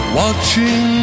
watching